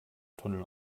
tunnel